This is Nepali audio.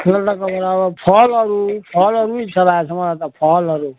फलहरू फलहरू इच्छा लागेको छ मलाई त फलहरू